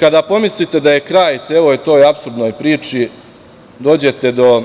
Kada pomislite da je kraj celoj toj apsurdnoj priči, dođete do